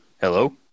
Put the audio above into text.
Hello